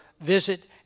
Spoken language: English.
visit